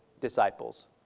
disciples